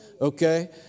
Okay